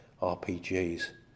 RPGs